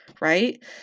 right